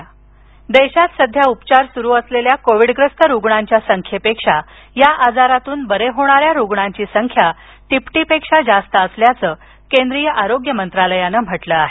Covid देश देशात सध्या उपचार सुरु असलेल्या कोविडग्रस्त रुग्णांच्या संख्येपेक्षा या आजारातून बरे होणाऱ्या रुग्णांची संख्या तिपटीहून जास्त असल्याचं केंद्रीय आरोग्य मंत्रालयानं म्हटलं आहे